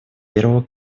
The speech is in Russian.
первого